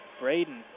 Braden